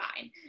fine